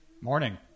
Morning